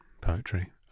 poetry